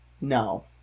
No